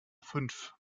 fünf